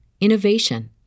innovation